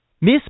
Miss